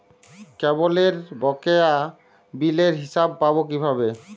কেবলের বকেয়া বিলের হিসাব পাব কিভাবে?